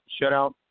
shutout